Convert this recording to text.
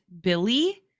Billy